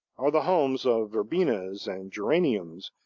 are the homes of verbenas and geraniums,